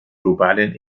globalen